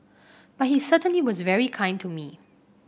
but he certainly was very kind to me